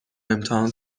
امتحان